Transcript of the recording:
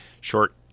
short